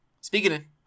Speaking